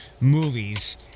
movies